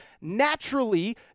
Naturally